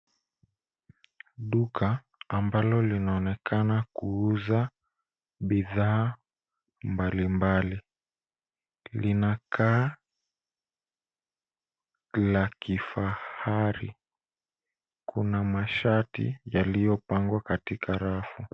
Duka ambalo linaonekana kuuza bidhaa mbalimbali linakaa la kifahari. Kuna mashati yaliyopangwa katika rafu.